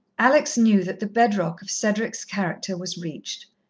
alex knew that the bed-rock of cedric's character was reached.